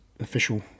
official